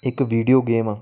ਇਕ video game